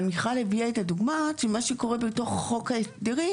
אבל מיכל הביאה את הדוגמה של מה שקורה של מה שקורה בתוך חוק ההסדרים,